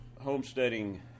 homesteading